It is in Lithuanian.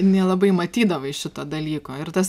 nelabai matydavai šito dalyko ir tas